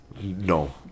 No